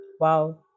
Wow